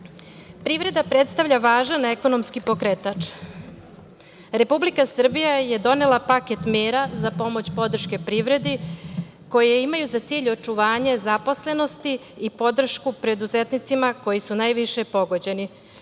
virusom. Privreda predstavlja važan ekonomski pokretač. Republika Srbija je donela paket mera za pomoć podrške privredi, koje imaju za cilj očuvanje zaposlenosti i podršku preduzetnicima koji su najviše pogođeni. Poštovani